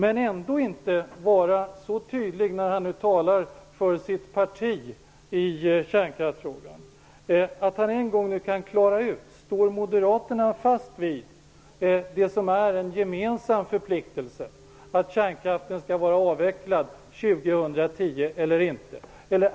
Ändå är han inte så tydlig -- när han nu talar för sitt parti i kärnkraftsfrågan -- att han kan klara ut om Moderaterna står fast vid den gemensamma förpliktelsen att kärnkraften skall vara avvecklad 2010 eller inte.